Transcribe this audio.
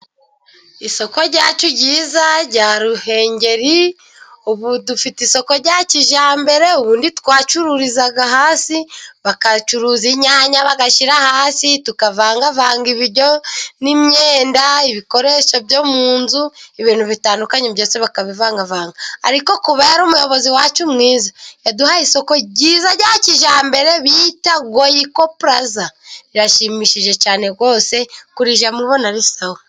Isoko ryacu ryiza rya ruhengeri. Ubu dufite isoko rya kijyambere, ubundi twacururizaga hasi bakacuruza inyanya bagashyira hasi tukavangavanga ibiryo n'imyenda, ibikoresho byo mu nzu, ibintu bitandukanye, ndetse bakabivanga. Ariko kubera umuyobozi wacu mwiza yaduhaye isoko ryiza rya kijyambere bita goyiko puraza, birashimishije cyane rwose kurijyao umubona ari sawa.